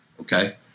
Okay